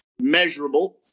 measurable